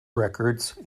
records